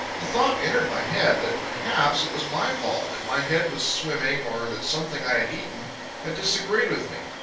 the thought entered my head that perhaps it was my fault, that my head was swimming or that something i had eaten had disagreed with me.